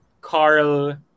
Carl